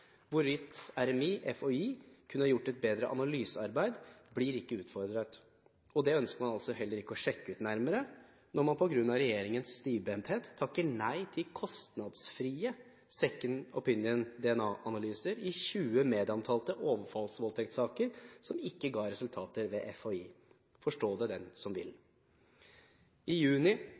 Hvorvidt RMI/FHI kunne ha gjort et bedre analysearbeid, blir ikke utfordret. Dette ønsker man altså heller ikke å sjekke ut nærmere når man på grunn av regjeringens stivbenthet takker nei til kostnadsfrie «second opinion» DNA-analyser i 20 medieomtalte overfallsvoldtektssaker som ikke ga resultater ved FHI. Forstå det den som vil! I juni